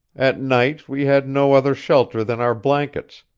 at night we had no other shelter than our blankets,